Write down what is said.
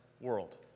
world